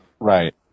Right